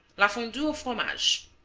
la fondue au fromage